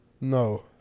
No